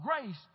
grace